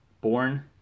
Born